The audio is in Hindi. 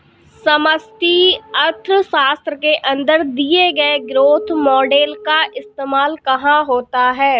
समष्टि अर्थशास्त्र के अंदर दिए गए ग्रोथ मॉडेल का इस्तेमाल कहाँ होता है?